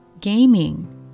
gaming